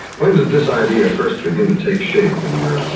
when did this idea first begin to take shape in your